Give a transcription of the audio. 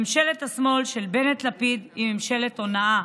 ממשלת השמאל של בנט-לפיד היא ממשלת הונאה.